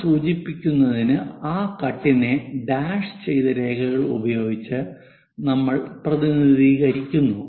അത് സൂചിപ്പിക്കുന്നതിന് ആ കട്ടിനെ ഡാഷ് ചെയ്ത രേഖകൾ ഉപയോഗിച്ച് നമ്മൾ പ്രതിനിധീകരിക്കുന്നു